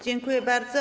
Dziękuję bardzo.